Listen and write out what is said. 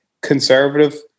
conservative